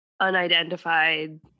unidentified